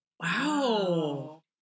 Wow